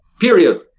period